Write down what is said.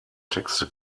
texte